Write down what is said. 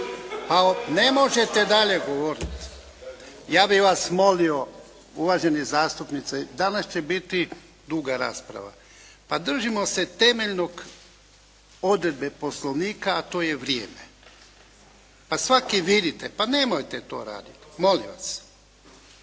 Ne možete dalje govoriti! Ja bih vas molio uvaženi zastupnici danas će biti duga rasprava. Pa držimo se temeljne odredbe Poslovnika, a to je vrijeme. Pa svaki vidite, pa nemojte to raditi. Molim vas!